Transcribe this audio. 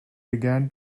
began